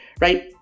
Right